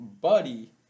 Buddy